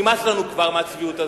נמאס לנו כבר מהצביעות הזאת,